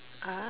ah